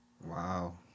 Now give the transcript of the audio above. Wow